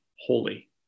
holy